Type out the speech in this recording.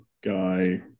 guy